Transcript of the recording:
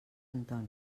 antoni